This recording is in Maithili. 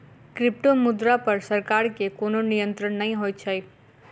क्रिप्टोमुद्रा पर सरकार के कोनो नियंत्रण नै होइत छै